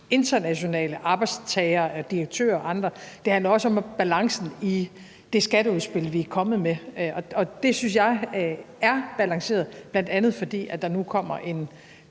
internationale arbejdstagere og direktører og andre, det handler også om balancen i det skatteudspil, vi er kommet med. Og det synes jeg er balanceret, bl.a. fordi der nu kommer en